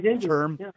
term